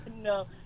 No